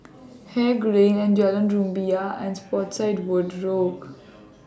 Haig Lane and Jalan Rumbia and Spottiswoode Road